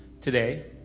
today